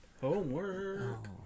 Homework